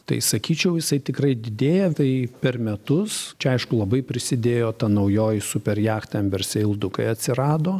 tai sakyčiau jisai tikrai didėja tai per metus čia aišku labai prisidėjo ta naujoji super jachta ambersail du kai atsirado